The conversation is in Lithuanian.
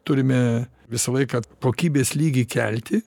turime visą laiką kokybės lygį kelti